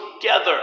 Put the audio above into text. together